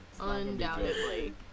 undoubtedly